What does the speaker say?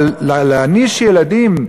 אבל להעניש ילדים,